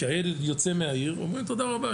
כשהילד יוצא מהעיר אומרים תודה רבה,